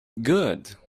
good